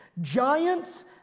Giants